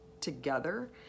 together